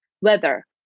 weather